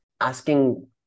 asking